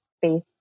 faith